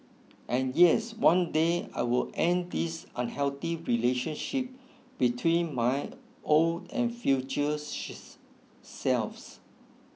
and yes one day I will end this unhealthy relationship between my old and future selves